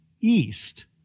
East